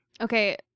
Okay